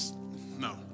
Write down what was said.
no